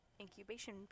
incubation